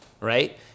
right